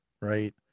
Right